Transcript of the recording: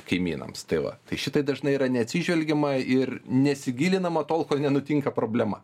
kaimynams tai va tai šitai dažnai yra neatsižvelgiama ir nesigilinama tol kol nenutinka problema